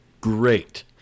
great